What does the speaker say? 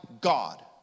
God